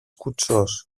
κουτσός